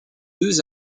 deux